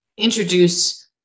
introduce